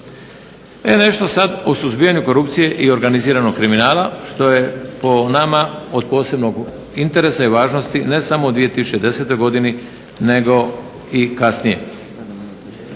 E nešto sada o suzbijanju korupcije i organiziranog kriminala što je po nama od posebnog interesa i važnosti ne samo u 2010. godini nego i kasnije.